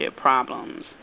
problems